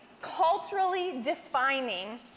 culturally-defining